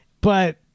but-